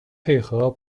配合